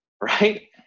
Right